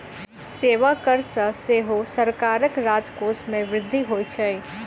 सेवा कर सॅ सेहो सरकारक राजकोष मे वृद्धि होइत छै